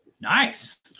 Nice